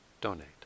donate